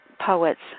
poets